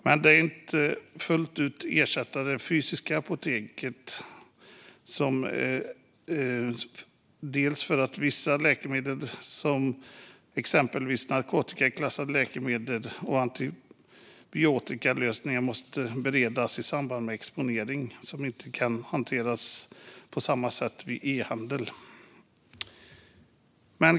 Men de kan inte fullt ut ersätta de fysiska apoteken, bland annat eftersom vissa läkemedel, exempelvis narkotikaklassade läkemedel och antibiotikalösningar, måste beredas i samband med expediering. De kan inte hanteras på samma sätt via e-handel.